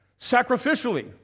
sacrificially